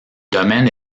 domaine